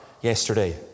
yesterday